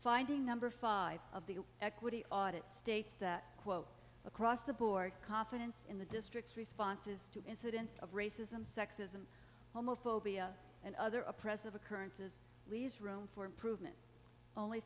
finding number five of the equity audit states that quote across the board confidence in the districts responses to incidents of racism sexism homophobia and other oppressive occurrences leaves room for improvement only